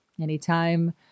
anytime